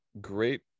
great